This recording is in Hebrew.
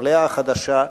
המליאה החדשה,